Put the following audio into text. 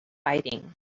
fighting